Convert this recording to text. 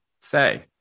say